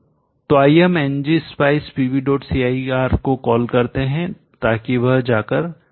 तो आइए हम ngspice pvcir को कॉल करते हैं ताकि वह जाकर एग्जीक्यूटनिष्पादित हो जाए